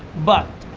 but,